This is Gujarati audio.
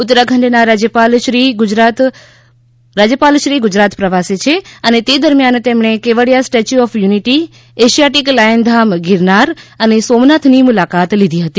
ઉત્તરાખંડના રાજ્યપાલશ્રી ગુજરાત પ્રવાસે છે અને તે દરમ્યાન તેમણે Kevadia Statue of Unity Asiatic lion ધામ ગીરનાર અને સોમનાથની મુલાકાત લીધી હતી